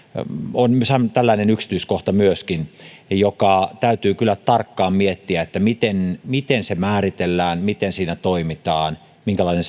on myöskin tällainen yksityiskohta joka täytyy kyllä tarkkaan miettiä miten miten se määritellään miten siinä toimitaan minkälainen